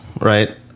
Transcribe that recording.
right